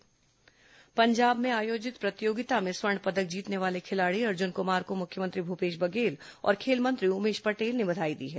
athlete CM बधाई पंजाब में आयोजित प्रतियोगिता में स्वर्ण पदक जीतने वाले खिलाड़ी अर्जुन कुमार को मुख्यमंत्री भूपेश बघेल और खेल मंत्री उमेश पटेल ने बधाई दी है